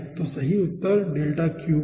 तो सही उत्तर है